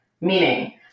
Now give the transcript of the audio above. Meaning